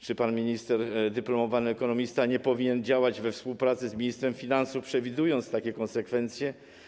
Czy pan minister, dyplomowany ekonomista, nie powinien działać we współpracy z ministrem finansów, przewidując takie konsekwencje?